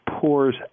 pours